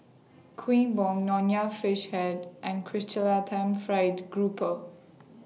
Kuih Bom Nonya Fish Head and Chrysanthemum Fried Grouper